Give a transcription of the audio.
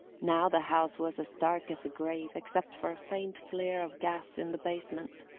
now the house was as dark as the grave, except for a faint flare of gas in the basement,